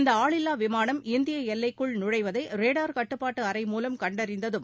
இந்த ஆளில்லா விமானம் இந்திய எல்லைக்குள் நுழைவதை ரேடார் கட்டுப்பாட்டு அறை மூலம் கண்டறிந்ததும்